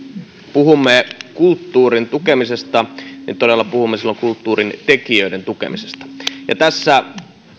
puhumme kulttuurin tukemisesta niin todella puhumme silloin kulttuurin tekijöiden tukemisesta tässä